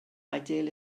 ideal